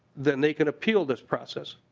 then they can appeal this process.